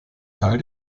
teil